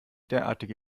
derartige